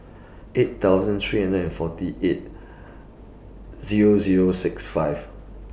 eight thousand three hundred and forty eight Zero Zero six five